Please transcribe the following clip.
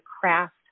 craft